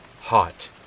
Hot